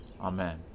Amen